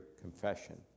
confession